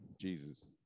Jesus